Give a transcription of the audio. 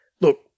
Look